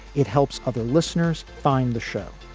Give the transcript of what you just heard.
it helps other listeners find the show.